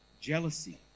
jealousy